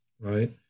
right